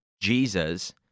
Jesus